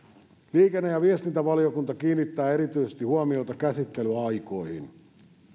liikenne ja viestintävaliokunta kiinnittää erityisesti huomiota käsittelyaikoihin